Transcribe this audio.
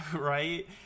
Right